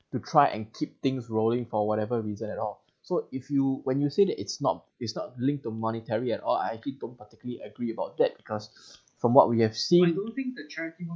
to try and keep things rolling for whatever reason at all so if you when you say that it's not it's not linked to monetary at all I actually don't particularly agree about that because from what we have seen